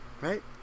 Right